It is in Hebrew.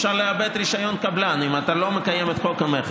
ואפשר לאבד רישיון קבלן אם אתה לא מקיים את חוק המכר,